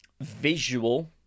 visual